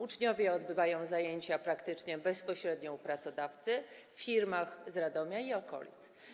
Uczniowie odbywają zajęcia praktycznie bezpośrednio u pracodawcy, w firmach z Radomia i okolic.